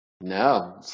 No